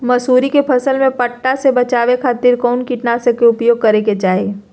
मसूरी के फसल में पट्टा से बचावे खातिर कौन कीटनाशक के उपयोग करे के चाही?